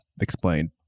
explain